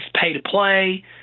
pay-to-play